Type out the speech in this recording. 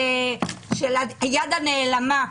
של היד הנעלמה,